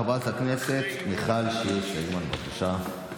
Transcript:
חברת הכנסת מיכל שיר סגמן, בבקשה.